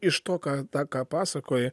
iš to ką tą ką pasakoji